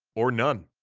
or none.